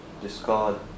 Discard